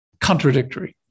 contradictory